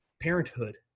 parenthood